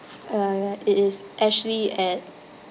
uh it is ashley at